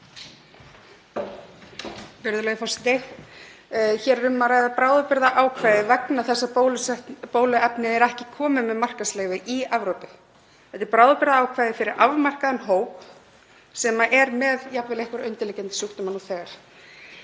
er um að ræða bráðabirgðaákvæði vegna þess að bóluefnið er ekki komið með markaðsleyfi í Evrópu. Þetta er bráðabirgðaákvæði fyrir afmarkaðan hóp sem er með jafnvel einhverja undirliggjandi sjúkdóma nú þegar.